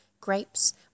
grapes